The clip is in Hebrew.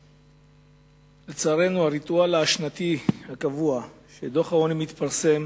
לצערנו, הריטואל השנתי הקבוע של פרסום